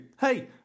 Hey